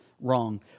wrong